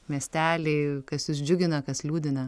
miesteliai kas jus džiugina kas liūdina